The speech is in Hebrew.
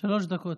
אדוני.